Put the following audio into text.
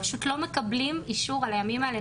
פשוט לא מקבלים אישור על הימים האלה,